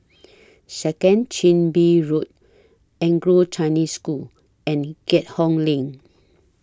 Second Chin Bee Road Anglo Chinese School and Keat Hong LINK